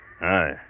Aye